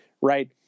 right